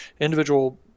individual